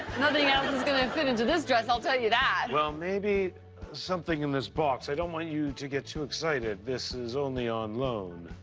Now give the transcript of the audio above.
nothing else is gonna and fit into this dress, i'll tell you that. well, maybe something in this box. i don't want you to get too excited. this is only on loan.